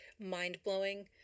mind-blowing